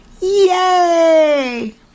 Yay